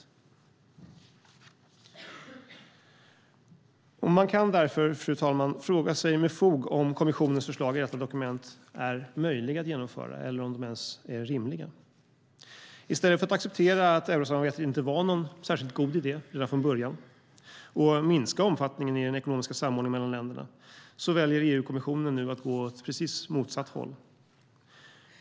Fru talman! Man kan därför med fog fråga sig om kommissionens förslag i detta dokument är möjliga att genomföra eller ens rimliga. I stället för att acceptera att eurosamarbetet inte var någon särskilt god idé redan från början och minska omfattningen i den ekonomiska samordningen mellan länderna väljer EU-kommissionen nu att gå åt precis motsatt håll.